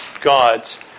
God's